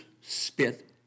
spit